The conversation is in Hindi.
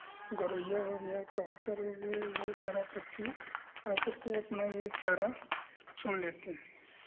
गौरैया हो गया कबूतर हो गया ये सारा पक्षी आ करके अपना ये चारा चुन लेते हैं